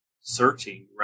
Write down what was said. searching